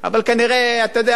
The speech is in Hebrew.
איך אנחנו עוברים אותה וזהו.